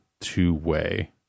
two-way